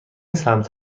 سمت